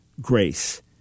grace